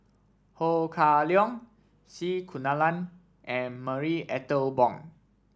Ho Kah Leong C Kunalan and Marie Ethel Bong